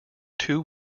two